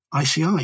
ICI